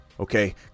Okay